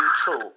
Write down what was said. true